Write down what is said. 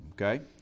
Okay